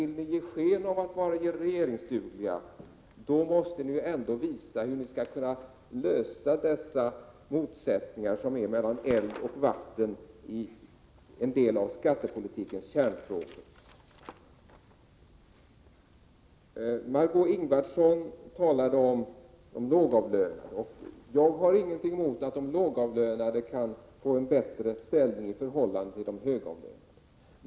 Men om ni ger sken av att vara regeringsdugliga, då måste ni visa hur ni vill lösa de motsättningar som finns mellan eld och vatten i en del av skattepolitikens kärnfrågor. Margö Ingvardsson talade om de lågavlönade. Jag har inget emot att de får en bättre ställning i förhållande till de högavlönade.